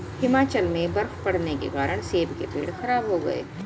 हिमाचल में बर्फ़ पड़ने के कारण सेब के पेड़ खराब हो गए